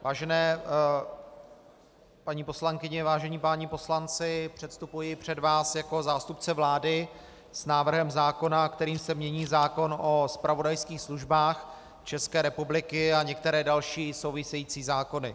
Vážené paní poslankyně, vážení páni poslanci, předstupuji před vás jako zástupce vlády s návrhem zákona, kterým se mění zákon o zpravodajských službách České republiky a některé další související zákony.